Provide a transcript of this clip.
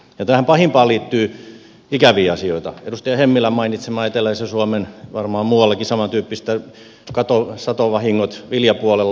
tähän pahimpaan liittyy ikäviä asioita edustaja hemmilän mainitsemat eteläisen suomen varmaan muuallakin on samantyyppistä satovahingot viljapuolella